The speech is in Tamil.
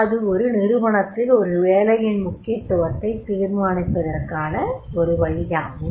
இது ஒரு நிறுவனத்தில் ஒரு வேலையின் முக்கியத்துவத்தை தீர்மானிப்பதற்கான ஒரு வழியாகும்